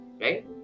right